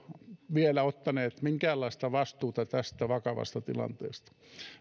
vielä ottaneet minkäänlaista vastuuta tästä vakavasta tilanteesta